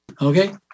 Okay